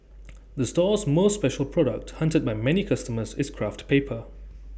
the store's most special product hunted by many customers is craft paper